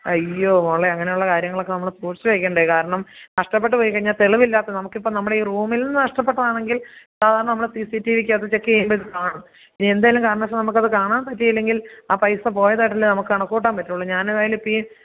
അയ്യോ മോളേ അങ്ങനെയുള്ള കാര്യങ്ങളൊക്കെ നമ്മൾ സൂക്ഷിച്ച് വെക്കേണ്ടെ കാരണം നഷ്ട്ടപ്പെട്ട് പോയിക്കഴിഞ്ഞാൽ തെളിവില്ലാത്തതാ നമുക്കിപ്പോൾ നമ്മുടെ ഈ റൂമിൽനിന്ന് നഷ്ട്ടപ്പെട്ടതാണെങ്കിൽ സാധാരണ നമ്മൾ സി സി ടി വിക്കകത്ത് ചെക്ക് ചെയ്യുമ്പം അത് കാണും ഇനി എന്തെങ്കിലും കാരണവശാൽ നമുക്കത് കാണാൻ പറ്റിയില്ലെങ്കിൽ ആ പൈസ പോയതായിട്ടല്ലേ നമുക്ക് കണക്കുകൂട്ടാൻ പാട്ടുള്ളൂ ഞാനേതായാലും ഇപ്പം ഈ